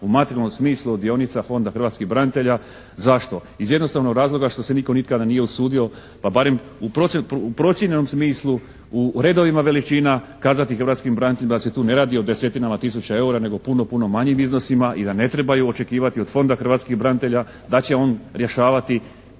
u materijalnom smislu od dionica Fonda hrvatskih branitelja. Zašto? Iz jednostavnog razloga što se nitko nikada nije usudio pa barem u procijenjenom smislu u redovima veličina kazati hrvatskim braniteljima da se tu ne radi o desetinama tisuća EUR-a nego o puno, puno manjim iznosima i da ne trebaju očekivati od Fonda hrvatskih branitelja da će on rješavati